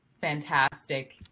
fantastic